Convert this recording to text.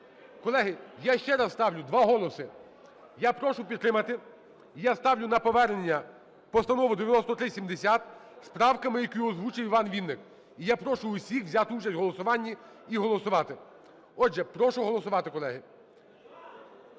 Колеги, я ще раз ставлю, два голоси. Я прошу підтримати. Я ставлю на повернення Постанову 9370 з правками, які озвучив Іван Вінник. І я прошу всіх взяти участь в голосуванні і голосувати. Отже, прошу голосувати, колеги.